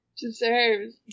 Deserves